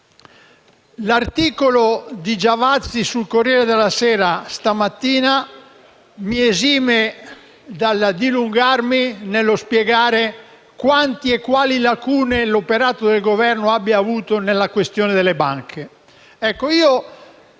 L'articolo di Giavazzi sul «Corriere della Sera» di stamattina mi esime dal dilungarmi nello spiegare quanti e quali lacune l'operato del Governo abbia avuto nella questione delle banche.